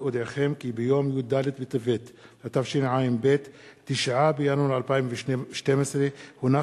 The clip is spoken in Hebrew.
התשע"א 2011. וכן